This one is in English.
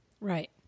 Right